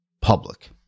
public